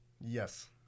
Yes